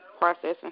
processing